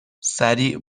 سریع